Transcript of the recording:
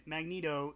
Magneto